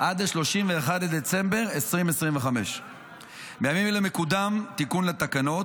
עד 31 בדצמבר 2025. בימים אלו מקודם תיקון לתקנות,